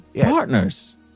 partners